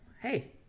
Hey